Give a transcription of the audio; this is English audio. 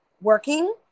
working